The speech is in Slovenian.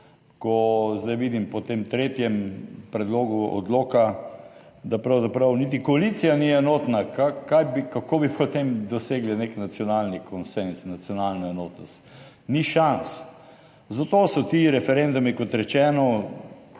ko zdaj vidim po tem tretjem predlogu odloka, da pravzaprav niti koalicija ni enotna, kaj bi, kako bi potem dosegli nek nacionalni konsenz, nacionalno enotnost. Ni šans, zato so ti referendumi, kot rečeno,